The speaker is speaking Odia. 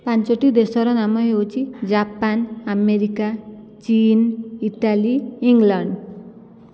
ପାଞ୍ଚୋଟି ଦେଶର ନାମ ହେଉଛି ଜାପାନ ଆମେରିକା ଚୀନ ଇଟାଲୀ ଇଂଲଣ୍ଡ